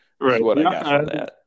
Right